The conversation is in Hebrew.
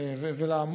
להיאבק על זה.